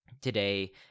today